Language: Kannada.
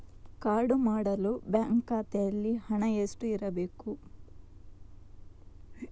ಕಾರ್ಡು ಮಾಡಲು ಬ್ಯಾಂಕ್ ಖಾತೆಯಲ್ಲಿ ಹಣ ಎಷ್ಟು ಇರಬೇಕು?